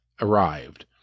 arrived